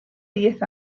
diez